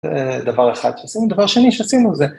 דבר אחד שעשינו, דבר שני שעשינו זה.